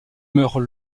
meurt